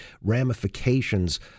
ramifications